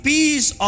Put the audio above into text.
Peace